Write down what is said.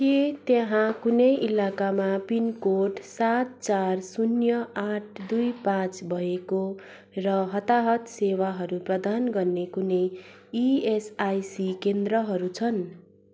के त्यहाँ कुनै इलाकामा पिनकोड सात चार शुन्य आठ दुई पाँच भएको र हताहत सेवाहरू प्रदान गर्ने कुनै इएसआइसी केन्द्रहरू छन्